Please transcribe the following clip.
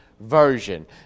Version